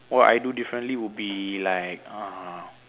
what I do differently would be like uh